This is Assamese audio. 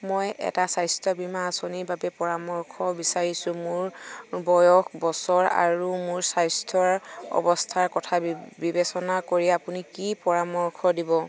মই এটা স্বাস্থ্য বীমা আঁচনিৰ বাবে পৰামৰ্শ বিচাৰিছোঁ মোৰ বয়স বছৰ আৰু মোৰ স্বাস্থ্যৰ অৱস্থাৰ কথা বিবেচনা কৰি আপুনি কি পৰামৰ্শ দিব